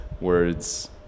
words